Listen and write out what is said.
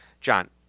John